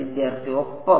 വിദ്യാർത്ഥി ഒപ്പം